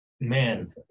man